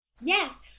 Yes